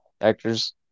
actors